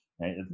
right